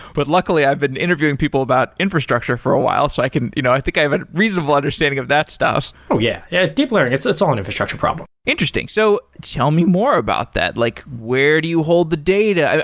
but luckily, i've been interviewing people about infrastructure for a while, so i can you know i think i have a reasonable understanding of that stuff oh, yeah. yeah deep learning, it's it's all an infrastructure problem interesting. so tell me more about that. like where do you hold the data?